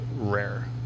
rare